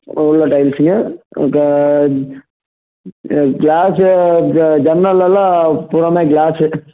உள்ளே டைல்ஸுங்க இப்போ கிளாஸு ஜ ஜன்னல் எல்லாம் பூராவுமே கிளாஸு